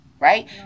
Right